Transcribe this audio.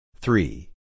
three